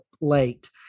late